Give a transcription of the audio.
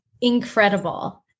incredible